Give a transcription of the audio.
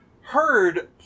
heard